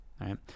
right